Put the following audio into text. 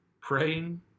praying